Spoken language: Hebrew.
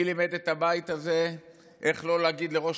מי לימד את הבית הזה איך לא להגיד לראש